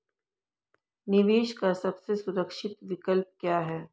निवेश का सबसे सुरक्षित विकल्प क्या है?